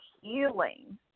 healing